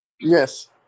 Yes